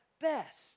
best